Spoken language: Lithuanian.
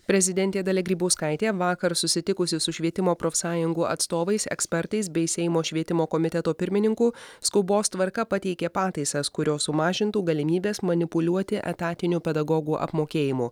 prezidentė dalia grybauskaitė vakar susitikusi su švietimo profsąjungų atstovais ekspertais bei seimo švietimo komiteto pirmininku skubos tvarka pateikė pataisas kurios sumažintų galimybes manipuliuoti etatiniu pedagogų apmokėjimu